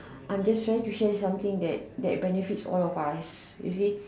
I'm just trying to share something that that benefit all of us you see